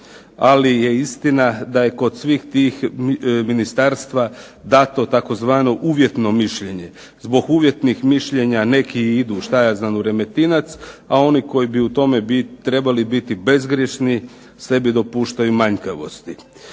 ali je istina da je kod svih tih ministarstava dano tzv. Uvjetno mišljenje. Zbog uvjetnih mišljenja neki idu u Remetinec, a oni koji bi u tome trebali biti bezgrješni sebi dopuštaju manjkavosti.